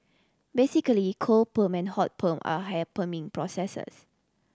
basically cold perm and hot perm are hair perming processes